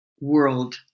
world